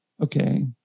okay